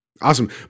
awesome